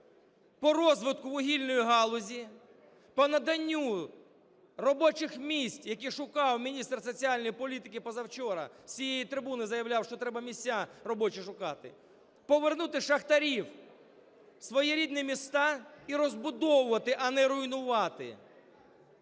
по розвитку вугільної галузі, по наданню робочих місць, які шукав міністр соціальної політики позавчора, з цієї трибуни заявляв, що треба місця робочі шукати; повернути шахтарів в свої рідні міста і розбудовувати, а не руйнувати.